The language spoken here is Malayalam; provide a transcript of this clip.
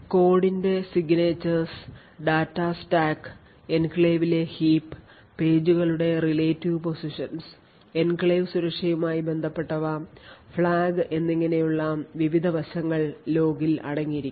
കോഡിന്റെ signatures ഡാറ്റാ സ്റ്റാക്ക് എൻക്ലേവിലെ heap പേജുകളുടെ relative positions എൻക്ലേവ് സുരക്ഷയുമായി ബന്ധപ്പെട്ടവ flag എന്നിങ്ങനെയുള്ള വിവിധ വശങ്ങൾ ലോഗിൽ അടങ്ങിയിരിക്കുന്നു